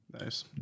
Nice